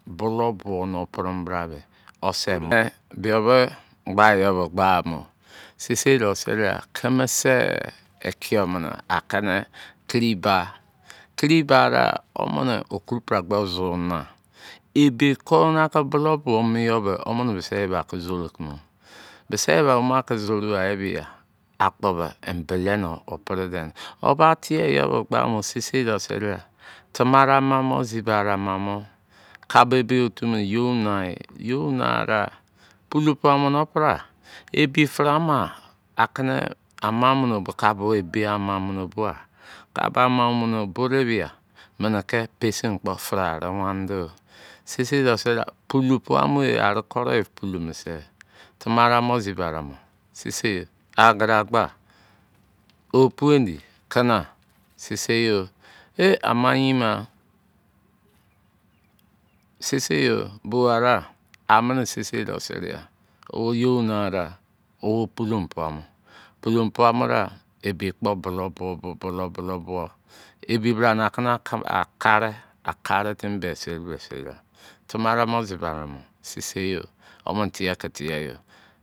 Bolou no pre mene bra ke o se me bio gba yo ke gba o sei sei de seriai keme se ikio mene a kene tiri ba tiri ba da omene oku bra kpo susu na ebe kon na ke bolou bo mene yo be omene ba mise iye bo ba zoro a ebi ya akop be embele no o pre de o ba te yo ke gba mo seisei de seriai tamara ma mo zibara ma mo kabo ebe otu iye bo naa iye bo na da pulu pai-mo no preya ebi fere ama ake ne mamonu kabo ebe ama mune o bororiai mene ke pesin kpo feraro wan do seisei de seriai pio pai-mo aro kere kile mese tamara moziba ra mo seisei agadagba opu indi lana seisei yo eh ama yein ma seisei bo ara amene seisei de seriai o yo na da o plo pai-mo plo pai-mo da ebi kpo bolou bo bo bolou bolou bowo ebi bra na kana a kere kere timi be seri kpo seriai tamara mo ziba ra mo seisei yo omene teke te yo